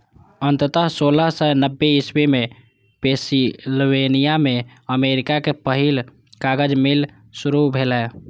अंततः सोलह सय नब्बे इस्वी मे पेंसिलवेनिया मे अमेरिका के पहिल कागज मिल शुरू भेलै